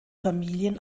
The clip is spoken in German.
familien